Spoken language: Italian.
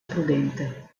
prudente